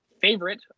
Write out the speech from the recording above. favorite